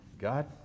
God